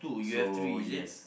so yes